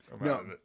no